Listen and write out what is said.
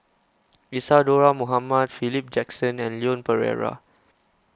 Isadhora Mohamed Philip Jackson and Leon Perera